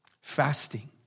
fasting